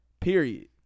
Period